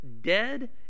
dead